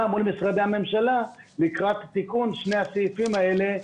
מול משרדי הממשלה לקראת תיקון שני הסעיפים האלה.